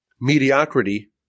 Mediocrity